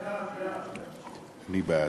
אני בעד.